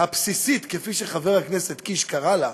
"הבסיסית", כפי שחבר הכנסת קיש קרא לה,